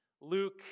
Luke